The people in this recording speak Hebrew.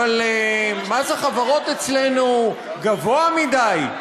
אבל מס החברות אצלנו גבוה מדי.